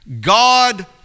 God